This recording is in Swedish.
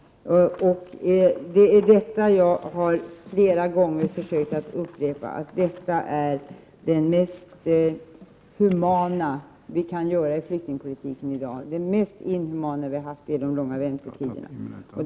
Det jag flera gånger har försökt upprepa är: Detta är den mest humana insats vi kan göra i flyktingpolitiken i dag. Det mest inhumana inslaget vi har haft är de långa väntetiderna.